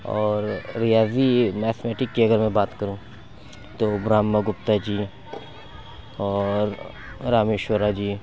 اور ریاضی یہ میتھمیٹک کی اگر میں بات کروں تو برہمہ گپتا جی اور رامیشورا جی